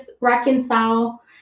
reconcile